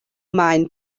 maen